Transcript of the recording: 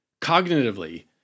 cognitively